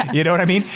you know what i mean?